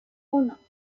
uno